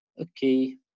okay